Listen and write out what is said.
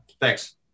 Thanks